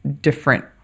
different